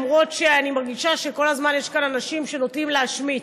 למרות שאני מרגישה שכל הזמן יש כאן אנשים שנוטים להשמיץ.